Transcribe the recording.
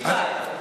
בלי בעיה.